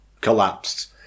collapsed